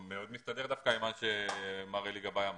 מאוד מסתדר דווקא עם מה שאלי גבאי אמר.